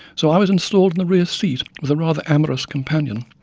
so i was installed in the rear seat with a rather amorous companion.